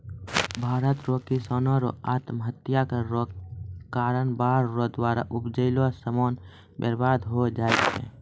भारत रो किसानो रो आत्महत्या रो कारण बाढ़ रो द्वारा उपजैलो समान बर्बाद होय जाय छै